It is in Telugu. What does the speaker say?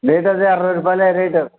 రేట్ అదే అరవై రూపాయలే రేట్